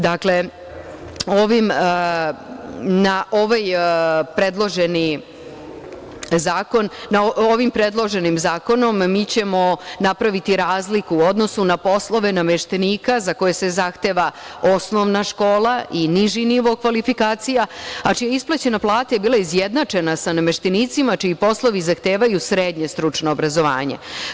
Dakle, ovim predloženim zakonom ćemo napraviti razliku u odnosu na poslove nameštenika za koje se zahteva osnovna škola i niži nivo kvalifikacija, a čija isplaćena plata je bila izjednačena sa nameštenicima čiji poslovi zahtevaju srednje stručno obrazovanje.